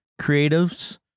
creatives